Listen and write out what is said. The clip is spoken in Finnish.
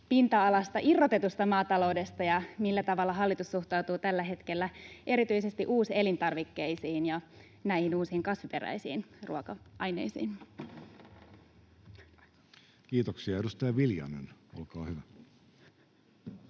pinta-alasta irrotetusta maataloudesta ja siitä, millä tavalla hallitus suhtautuu tällä hetkellä erityisesti uuselintarvikkeisiin ja näihin uusiin kasviperäisiin ruoka-aineisiin. [Speech 164] Speaker: Jussi